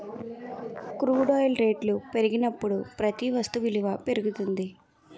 crude oil రేట్లు పెరిగినప్పుడు ప్రతి వస్తు విలువ పెరుగుతుంది